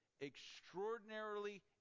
extraordinarily